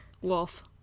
Wolf